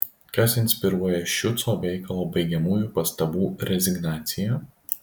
kas inspiruoja šiuco veikalo baigiamųjų pastabų rezignaciją